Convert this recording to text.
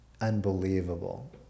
unbelievable